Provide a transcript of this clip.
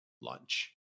lunch